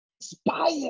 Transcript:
inspire